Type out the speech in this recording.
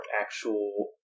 actual